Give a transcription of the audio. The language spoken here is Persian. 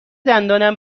دندانم